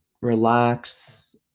relax